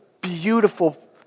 beautiful